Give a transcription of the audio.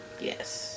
Yes